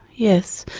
yes,